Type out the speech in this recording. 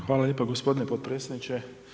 Hvala lijepa gospodine potpredsjedniče.